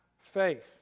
faith